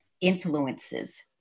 influences